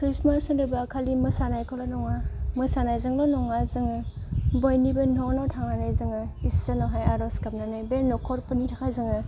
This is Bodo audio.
ख्रिस्टमास होनोब्ला खालि मोसानायखौल' नङा मोसानायजोंल' नङा जोङो बयनिबो न' न' थांनानै जोङो इसोरनावहाय आर'ज गाबनानै बे न'खरफोरनि थाखाय जोङो